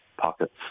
pockets